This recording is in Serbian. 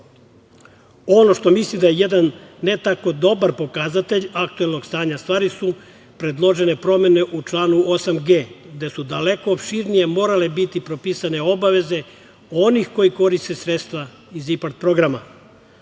što mislim da je jedan ne tako dobar pokazatelj aktuelnog stanja stvari su predložene promene u članu 8g. gde su daleko opširnije morale biti propisane obaveze onih koji koriste sredstva iz IPARD programa,